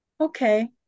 Okay